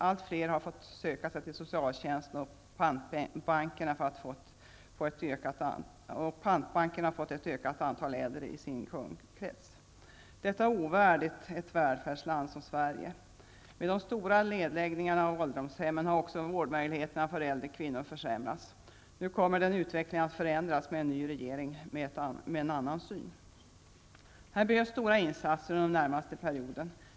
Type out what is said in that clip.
Allt fler har fått söka sig till socialtjänsten, och pantbankerna har fått ett ökat antal äldre i sin kundkrets. Detta är ovärdigt ett välfärdsland som Sverige. Med de stora nedläggningarna av ålderdomshem har också vårdmöjligheterna för äldre kvinnor försämrats. Nu kommer denna utveckling att förändras med en ny regering som har en annan syn. Här behövs stora insatser under den närmaste perioden.